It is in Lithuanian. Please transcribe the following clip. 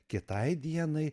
kitai dienai